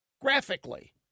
Graphically